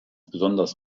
besonders